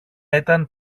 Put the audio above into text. ήταν